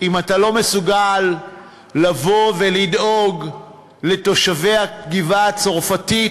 אם אתה לא מסוגל לדאוג לתושבי הגבעה-הצרפתית,